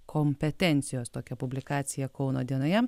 kompetencijos tokia publikacija kauno dienoje